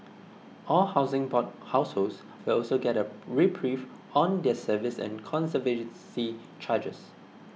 all Housing Board households will also get a reprieve on their service and conservancy charges